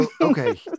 okay